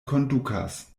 kondukas